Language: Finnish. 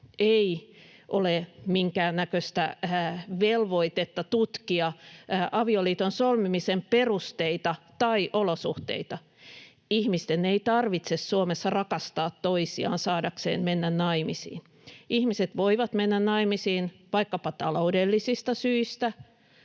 ei ole minkäännäköistä velvoitetta tutkia avioliiton solmimisen perusteita tai olosuhteita. Ihmisten ei tarvitse Suomessa rakastaa toisiaan saadakseen mennä naimisiin. Ihmiset voivat mennä naimisiin vaikkapa taloudellisista syistä,